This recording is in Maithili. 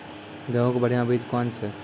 गेहूँ के बढ़िया बीज कौन छ?